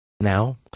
now